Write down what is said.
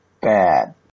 bad